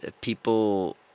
people